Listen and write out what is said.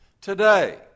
Today